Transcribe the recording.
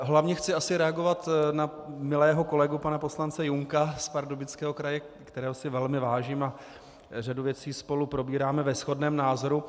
Hlavně chci reagovat na milého kolegu pana poslance Junka z Pardubického kraje, kterého si velmi vážím a řadu věcí spolu probíráme ve shodném názoru.